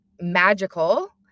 magical